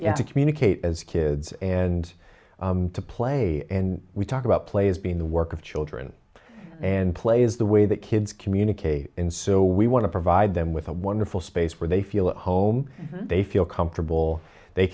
to communicate as kids and to play and we talk about play as being the work of children and play is the way that kids communicate and so we want to provide them with a wonderful space where they feel at home they feel comfortable they